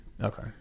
Okay